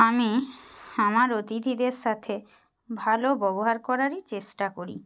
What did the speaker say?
আমি আমার অতিথিদের সাথে ভালো ব্যবহার করারই চেষ্টা করি